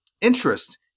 interest